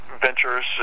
ventures